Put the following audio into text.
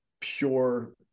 pure